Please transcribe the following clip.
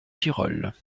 girolles